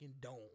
dome